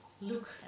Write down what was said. look